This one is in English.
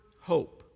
Hope